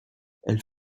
elle